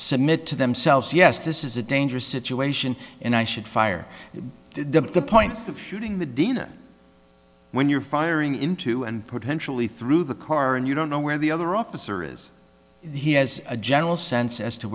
submit to themselves yes this is a dangerous situation and i should fire them the points of shooting that dina when you're firing into and potentially through the car and you don't know where the other officer is he has a general sense as to